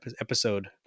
episode